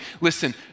Listen